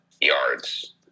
yards